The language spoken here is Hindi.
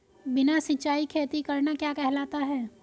बिना सिंचाई खेती करना क्या कहलाता है?